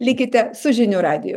likite su žinių radiju